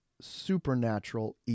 supernatural